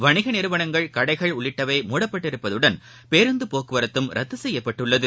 வணிகநிறுவனங்கள் கடைகள் உள்ளிட்டவை மூடப்பட்டுள்ளதுடன் பேருந்துபோக்குவரத்தும் ரத்துசெய்யப்பட்டுள்ளது